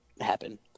happen